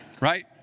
right